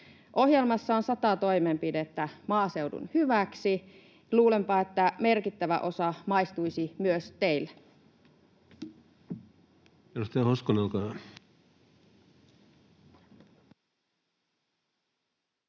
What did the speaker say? Ohjelmassa on sata toimenpidettä maaseudun hyväksi. Luulenpa, että merkittävä osa maistuisi myös teille.